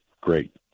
Great